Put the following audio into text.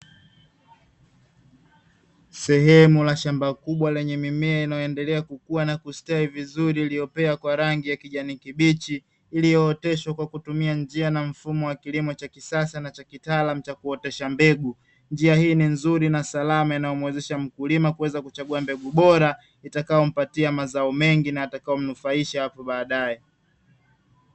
Sehemu la shamba kubwa lenye mimea inayoendelea kukua na kustawi vizuri iliyopea kwa rangi ya kijani kibichi, iliyooteshwa kwa kutumia njia na mfumo wa kilimo cha kisasa na cha kitaalam cha kuotesha mbegu. Njia hii ni nzuri na salama na umuwezesha mkulima kuweza kuchagua mbegu bora itakayo mpatia mazao mengi na itakayomnufaisha hapo baadaye.